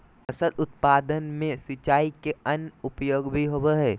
फसल उत्पादन में सिंचाई के अन्य उपयोग भी होबय हइ